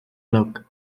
look